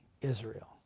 Israel